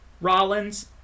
Rollins